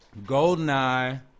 GoldenEye